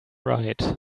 right